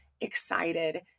excited